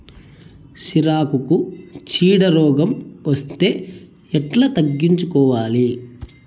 సిరాకుకు చీడ రోగం వస్తే ఎట్లా తగ్గించుకోవాలి?